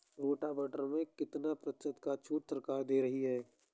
Rotavator में कितनी प्रतिशत का छूट सरकार दे रही है?